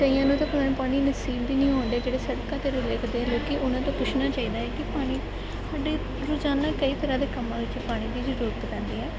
ਕਈਆਂ ਨੂੰ ਤਾਂ ਪੀਣਾ ਪਾਣੀ ਨਸੀਬ ਵੀ ਨਹੀਂ ਹੋ ਰਿਆ ਜਿਹੜੇ ਸੜਕਾਂ 'ਤੇ ਰੁਲਦੇ ਫਿਰਦੇ ਆ ਲੋਕ ਉਹਨਾਂ ਤੋਂ ਪੁੱਛਣਾ ਚਾਹੀਦਾ ਹੈ ਕਿ ਪਾਣੀ ਸਾਡੇ ਰੋਜ਼ਾਨਾ ਕਈ ਤਰ੍ਹਾਂ ਦੇ ਕੰਮਾਂ ਵਿੱਚ ਪਾਣੀ ਦੀ ਜ਼ਰੂਰਤ ਪੈਂਦੀ ਹੈ